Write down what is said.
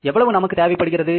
எவ்வளவு நமக்கு தேவைப்படுகிறது